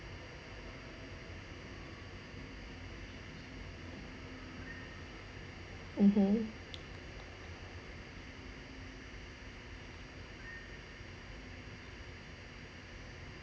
(uh huh)